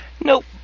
Nope